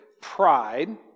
pride